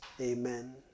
Amen